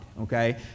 okay